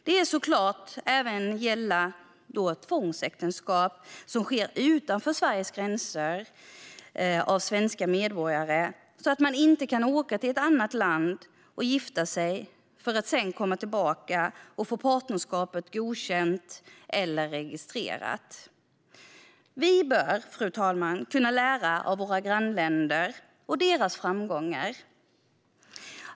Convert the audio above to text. Det ska såklart även gälla tvångsäktenskap som sker utanför Sveriges gränser och innefattar svenska medborgare, så att man inte kan åka till ett annat land och gifta sig för att sedan komma tillbaka och få partnerskapet godkänt eller registrerat. Vi bör, fru talman, kunna lära av våra grannländer och deras framgångar.